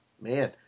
Man